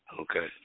Okay